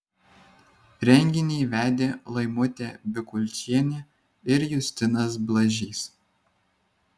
renginį vedė laimutė bikulčienė ir justinas blažys